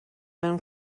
mewn